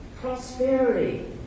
prosperity